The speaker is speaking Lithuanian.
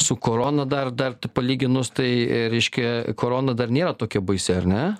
su korona dar dar palyginus tai reiškia korona dar nėra tokia baisi ar ne